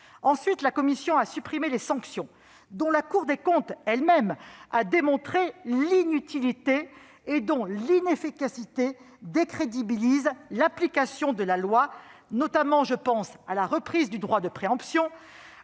Ensuite, la commission a supprimé les sanctions dont la Cour des comptes a démontré l'inutilité et dont l'inefficacité décrédibilise l'application de la loi. Très bien ! Je pense notamment à la reprise du droit de préemption,